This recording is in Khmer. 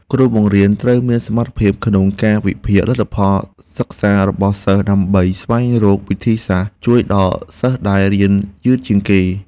គ្រូបង្រៀនត្រូវមានសមត្ថភាពក្នុងការវិភាគលទ្ធផលសិក្សារបស់សិស្សដើម្បីស្វែងរកវិធីសាស្ត្រជួយដល់សិស្សដែលរៀនយឺតជាងគេ។